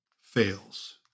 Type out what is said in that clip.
fails